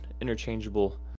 interchangeable